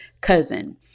cousin